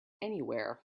anywhere